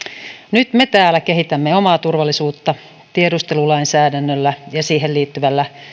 nyt me täällä kehitämme omaa turvallisuuttamme tiedustelulainsäädännöllä ja siihen liittyvällä